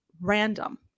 random